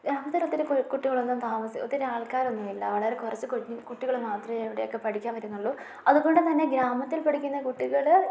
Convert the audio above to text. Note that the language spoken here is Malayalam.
ഗ്രാമത്തിൽ ഒത്തിരി കുട്ടികളൊന്നും ഒത്തിരി ആൾക്കാരൊന്നുമില്ല വളരെ കുറച്ച് കുട്ടികൾ മാത്രമേ അവിടെയൊക്കെ പഠിക്കാൻ വരുന്നുള്ളൂ അതുകൊണ്ട് തന്നെ ഗ്രാമത്തിൽ പഠിക്കുന്ന കുട്ടികൾ